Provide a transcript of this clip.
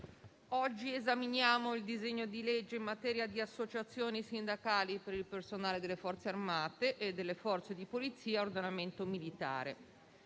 oggi esaminiamo il disegno di legge in materia di associazioni sindacali per il personale delle Forze armate e delle Forze di polizia a ordinamento militare.